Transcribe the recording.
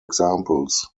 examples